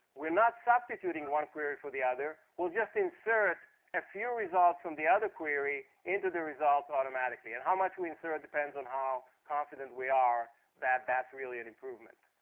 we're not substituting one query for the other. we'll just insert a few results from the other query into the results automatically. and how much we insert depends on how confident we are that that's really an improvement.